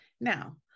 Now